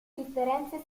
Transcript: differenze